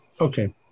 Okay